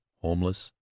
homeless